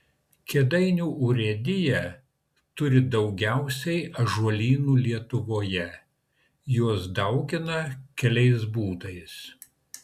kėdainių urėdija turi daugiausiai ąžuolynų lietuvoje juos daugina keliais būdais